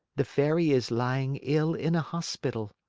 the fairy is lying ill in a hospital.